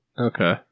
okay